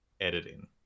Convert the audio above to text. editing